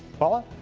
paula